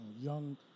young